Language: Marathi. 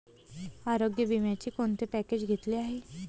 आरोग्य विम्याचे कोणते पॅकेज घेतले आहे?